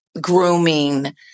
grooming